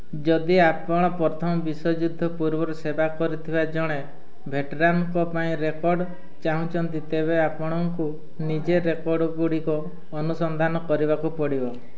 ଯଦି ଆପଣ ପ୍ରଥମ ବିଶ୍ୱଯୁଦ୍ଧ ପୂର୍ବରୁ ସେବା କରିଥିବା ଜଣେ ଭେଟେରାନ୍ଙ୍କ ପାଇଁ ରେକର୍ଡ଼ ଚାହୁଁଛନ୍ତି ତେବେ ଆପଣଙ୍କୁ ନିଜେ ରେକର୍ଡ଼ଗୁଡ଼ିକ ଅନୁସନ୍ଧାନ କରିବାକୁ ପଡ଼ିବ